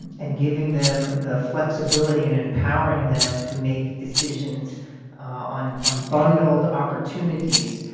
and giving them the flexibility and empowering them to make decisions on on bundled opportunities,